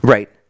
Right